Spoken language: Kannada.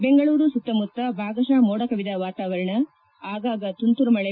ಬೆಂಗಳೂರು ಸುತ್ತಮುತ್ತ ಭಾಗತಃ ಮೋಡಕವಿದ ವಾತಾವರಣ ಆಗಾಗ ತುಂತುರು ಮಳೆ